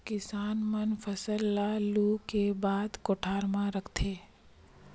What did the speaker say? किसान मन फसल ल लूए के बाद कोठर म राखथे